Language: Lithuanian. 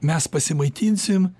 mes pasimaitinsim